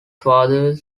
father